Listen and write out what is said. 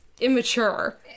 Immature